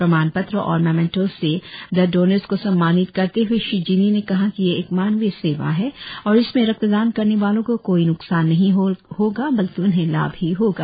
प्रमाण पत्र और मेमेंटॉस से ब्लाड डोनर्स को सम्मानित करते हुए श्री जिनी ने कहा कि यह एक मानवीय सेवा है और इसमें रक्त दान करने वालों को कोई नुकसान नहीं होगा बल्कि उन्हें लाभ ही होगा